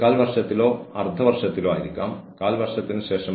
സ്ത്രീകളുടെയും പുരുഷന്മാരുടെയും മിശ്രിതമാകാം